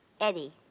eddie